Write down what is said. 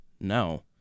No